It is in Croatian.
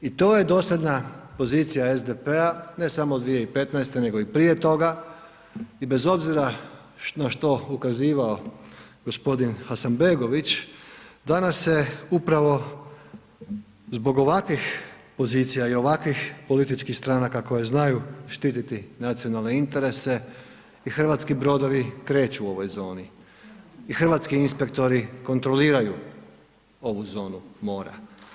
I to je ... pozicija SDP ne samo od 2015. nego i prije toga i bez obzira na što ukazivao gospodin Hasanbegović danas se upravo zbog ovakvih pozicija i ovakvih političkih stranaka koje znaju štiti nacionalne interese i hrvatski brodovi kreću u ovoj zoni i hrvatski inspektori kontroliraju ovu zonu mora.